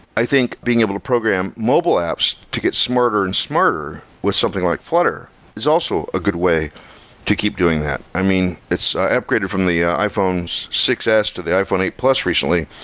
i think being able to program mobile apps to get smarter and smarter with something like flutter is also a good way to keep doing that. i mean, it's upgraded from the iphone's six s to the iphone eight plus recently,